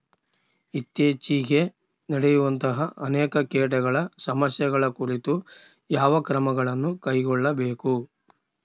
ಇತ್ತೇಚಿಗೆ ನಡೆಯುವಂತಹ ಅನೇಕ ಕೇಟಗಳ ಸಮಸ್ಯೆಗಳ ಕುರಿತು ಯಾವ ಕ್ರಮಗಳನ್ನು ಕೈಗೊಳ್ಳಬೇಕು?